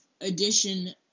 edition